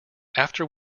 after